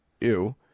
ew